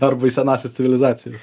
arba į senąsias civilizacijas